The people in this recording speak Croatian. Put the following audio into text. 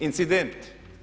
Incident.